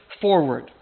forward